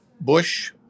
Bush